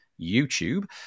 YouTube